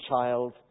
child